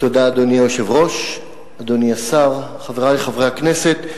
אדוני היושב-ראש, אדוני השר, חברי חברי הכנסת,